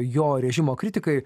jo režimo kritikai